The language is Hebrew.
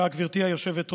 תודה, גברתי היושבת-ראש.